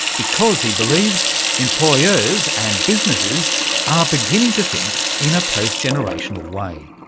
because he believes employers and businesses are beginning to think in a post-generational way.